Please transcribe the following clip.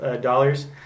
dollars